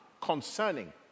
concerning